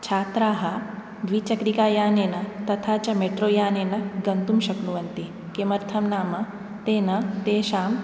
छात्राः द्विचक्रिकायानेन तथा च मेट्रो यानेन गन्तुं शक्नुवन्ति किमर्थं नाम तेन तेषां